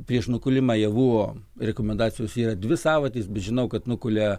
prieš nukūlimą javų rekomendacijos yra dvi savaitės bet žinau kad nukulia